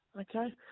okay